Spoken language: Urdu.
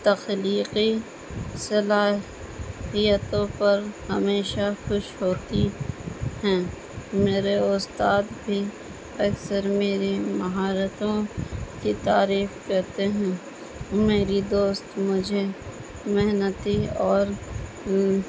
تخلیقی صلاحیتوں پر ہمیشہ خوش ہوتی ہیں میرے استاد بھی اکثر میری مہارتوں کی تعریف کرتے ہیں میری دوست مجھے محنتی اور